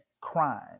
crime